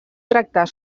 tractar